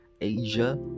Asia